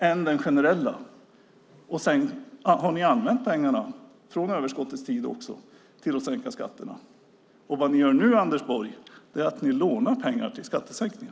Sedan har ni avvänt pengarna, också från överskottets tid, till att sänka skatterna. Vad ni gör nu, Anders Borg, är att ni lånar pengar till skattesänkningar.